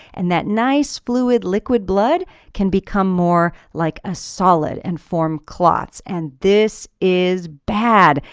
and that nice fluid liquid blood can become more like a solid and form clots. and this is bad!